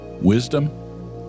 Wisdom